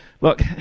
look